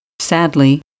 Sadly